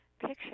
picture